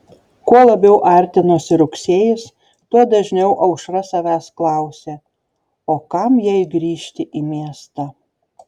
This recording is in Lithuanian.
kuo labiau artinosi rugsėjis tuo dažniau aušra savęs klausė o kam jai grįžti į miestą